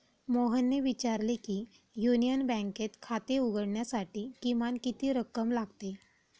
मोहनने विचारले की युनियन बँकेत खाते उघडण्यासाठी किमान किती रक्कम लागते?